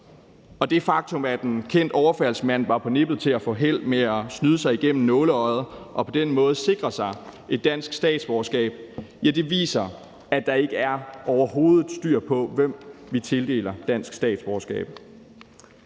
Det faktum, at en kendt overfaldsmand var på nippet til at få held med at snyde sig igennem nåleøjet og på den måde sikre sig et dansk statsborgerskab, viser, at der overhovedet ikke er styr på, hvem vi tildeler dansk statsborgerskab.